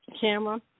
camera